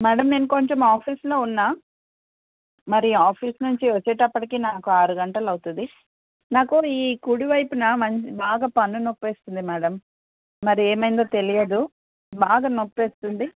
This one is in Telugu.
మ్యాడమ్ నేను కొంచెం ఆఫీస్లో ఉన్న మరి ఆఫీస్ నుంచి వచ్చేటప్పటికి నాకు ఆరు గంటలు అవుతుంది నాకు ఈ కుడి వైపున బాగా మం పన్ను నొప్పి వేస్తుంది మ్యాడమ్ మరి ఏమైందో తెలియదు బాగా నొప్పి వేస్తుంది